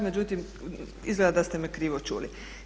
Međutim, izgleda da ste me krivo čuli.